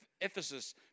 Ephesus